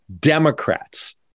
Democrats